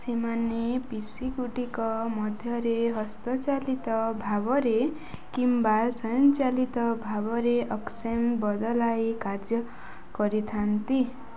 ସେମାନେ ପିସିଗୁଡ଼ିକ ମଧ୍ୟରେ ହସ୍ତଚାଳିତ ଭାବରେ କିମ୍ବା ସ୍ୱୟଂଚାଳିତ ଭାବରେ ଅକସେସ୍ ବଦଳାଇ କାର୍ଯ୍ୟ କରିଥାନ୍ତି